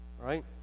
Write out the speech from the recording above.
right